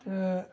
تہٕ